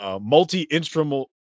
multi-instrumental